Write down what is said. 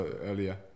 earlier